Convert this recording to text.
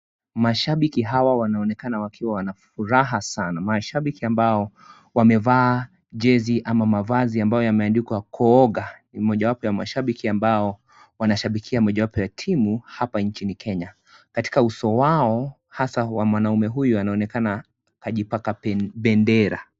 Mashabiki hawa wanaonekana wakiwa na furaha sana. Mashabiki ambao wamevaa jezi ama mavazi ambayo yameandikwa kooga, ni mojawapo ya mashabiki ambao wanashabikia mojawapo ya timu hapa inchini Kenya. Katika uso wao hasa wa mwanaume huyu anaonekana kajipaka bendera.